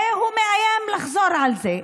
והוא מאיים לחזור על זה.